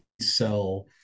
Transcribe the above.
sell